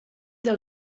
del